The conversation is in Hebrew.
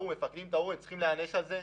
המפקדים טעו והם צריכים להיענש על כך.